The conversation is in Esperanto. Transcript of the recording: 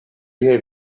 liaj